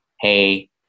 hey